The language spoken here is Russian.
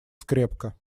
скрепка